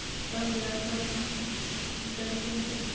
कम ब्याज पर लोन की करे के होतई?